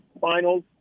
Finals